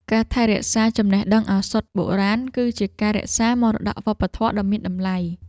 ការថែរក្សាចំណេះដឹងឱសថបុរាណ គឺជាការរក្សាមរតកវប្បធម៌ដ៏មានតម្លៃ។